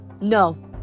no